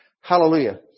Hallelujah